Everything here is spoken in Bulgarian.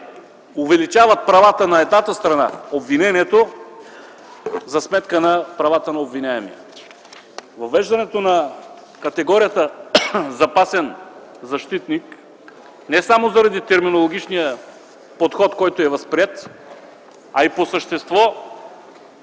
увеличават правата на едната страна – обвинението, за сметка на правата на обвиняемия. Въвеждането на категорията „запасен защитник” не само заради терминологичния подход, който е възприет, а и по същество